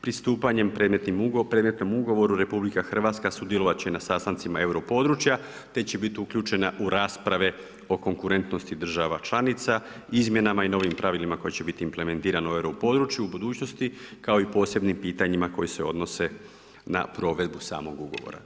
Pristupanjem predmetnom Ugovoru, Republika Hrvatska sudjelovat će na sastancima euro područja te će biti uključena u rasprave o konkurentnosti država članica, izmjenama i novim pravilima koji će biti implementirani u euro području u budućnosti, kao i posebnim pitanjima koji se odnose na provedbu samog Ugovora.